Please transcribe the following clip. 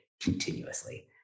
continuously